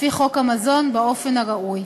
לפי חוק המזון באופן הראוי.